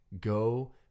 go